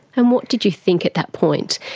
and what did you think at that point,